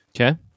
Okay